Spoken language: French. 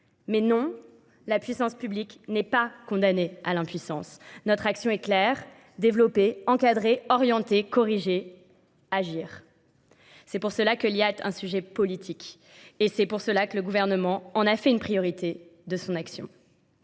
Mais non, la puissance publique n'est pas condamnée à l'impuissance. Notre action est claire, développée, encadrée, orientée, corrigée, agir. C'est pour cela que l'IAT est un sujet politique et c'est pour cela que le gouvernement en a fait une priorité de son action.